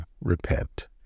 repent